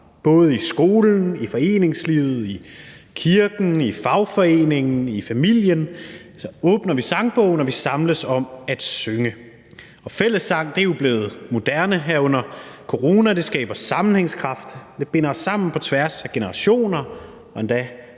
Både i skolen, foreningslivet, i kirken, i fagforeningen, i familien, så åbner vi sangbogen, og vi samles om at synge. Fællessang er blevet moderne her under corona. Det skaber sammenhængskraft. Det binder os sammen på tværs af generationer